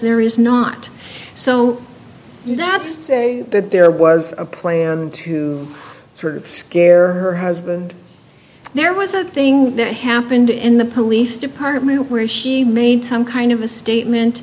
there is not so that's that there was a plan to sort of scare her husband there was a thing that happened in the police department where she made some kind of a statement